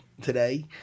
today